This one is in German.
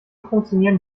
funktionieren